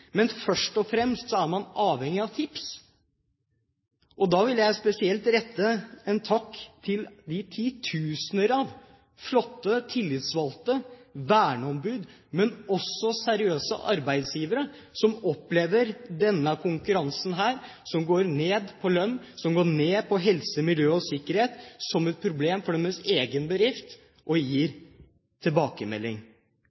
Men først og fremst er man avhengig av tips. Da vil jeg spesielt rette en takk til de titusener av flotte tillitsvalgte, verneombud og seriøse arbeidsgivere som opplever denne konkurransen, som går ned i lønn, som går inn i området helse, miljø og sikkerhet som et problem for deres egen bedrift, og